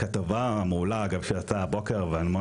הכתבה המעולה אגב שיצאה הבוקר ואני מאוד